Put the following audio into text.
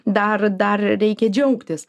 dar dar reikia džiaugtis